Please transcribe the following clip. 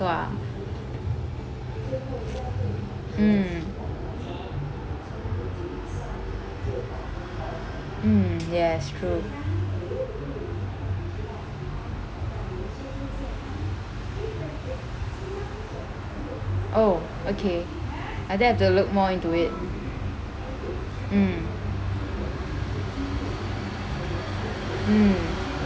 ah mm mm yes true oh okay I think I have to look more into it mm mm